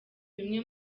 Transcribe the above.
bimwe